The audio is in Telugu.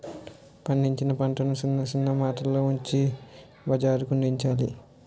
పండించిన పంటలను సిన్న సిన్న మూటల్లో ఉంచి బజారుకందించాలి